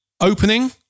Opening